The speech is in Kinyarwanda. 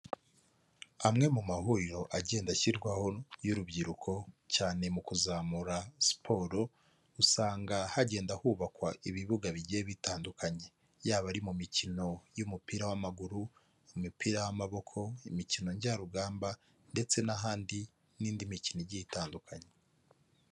Amwe mu mahuriro agenda ashyirwaho y'urubyiruko, cyane mu kuzamura siporo, usanga hagenda hubakwa ibibuga bigiye bitandukanye, yaba ari mu mikino y'umupira w'amaguru, imipira y'amaboko, imikino njyarugamba, ndetse n'ahandi n'indi mikino igiye itandukanye.